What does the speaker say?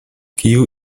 kiu